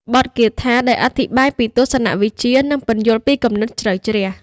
បទគាថាដែលអធិប្បាយពីទស្សនវិជ្ជា និងពន្យល់ពីគំនិតជ្រៅជ្រះ។